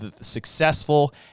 successful